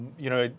you know,